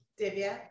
Divya